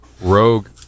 Rogue